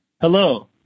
Hello